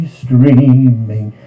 streaming